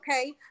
okay